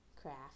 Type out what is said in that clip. craft